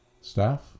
Staff